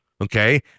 okay